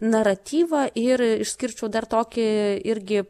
naratyvą ir išskirčiau dar tokį irgi